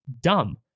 dumb